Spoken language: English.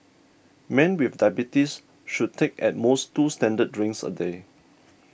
men with diabetes should take at most two standard drinks a day